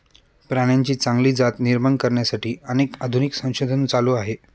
प्राण्यांची चांगली जात निर्माण करण्यासाठी अनेक आधुनिक संशोधन चालू आहे